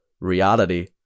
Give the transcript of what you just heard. reality